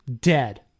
dead